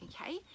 okay